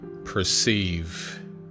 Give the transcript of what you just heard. perceive